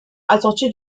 assorti